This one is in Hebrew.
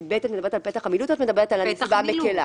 ב את מדברת על פתח המילוט או על הנסיבה המקילה?